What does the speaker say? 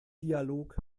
dialog